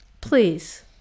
please